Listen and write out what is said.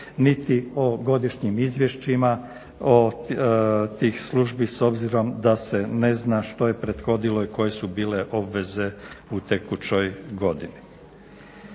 niti o godišnjim izvješćima tih službi s obzirom da se ne zna što je prethodilo i koje su bile obveze u tekućoj godini.